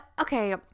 Okay